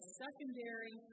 secondary